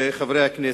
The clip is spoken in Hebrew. חברי הכנסת,